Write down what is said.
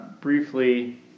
briefly